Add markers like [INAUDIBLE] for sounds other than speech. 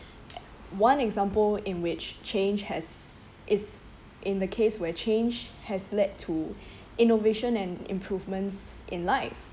one example in which change has is in the case where change has led to [BREATH] innovation and improvements in life